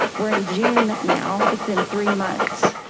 we're in june now it's been three months.